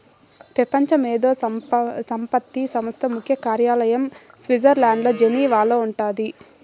పెపంచ మేధో సంపత్తి సంస్థ ముఖ్య కార్యాలయం స్విట్జర్లండ్ల జెనీవాల ఉండాది